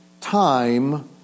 time